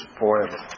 forever